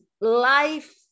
life